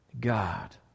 God